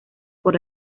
por